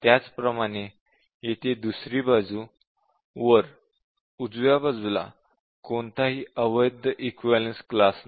त्याचप्रमाणे येथे दुसरी बाजू वर उजव्या बाजूला कोणताही अवैध इक्विवलेन्स क्लास नाही